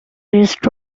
rest